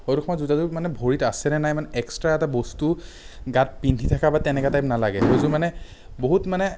সেইটো সময়ত জোতাযোৰ মানে ভৰিত আছেনে নাই মানে এক্সট্ৰা এটা বস্তু গাত পিন্ধি থকা বা তেনেকুৱা টাইপ নালাগে সেইযোৰ মানে বহুত মানে